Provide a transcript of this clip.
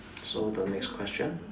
so the next question